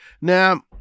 Now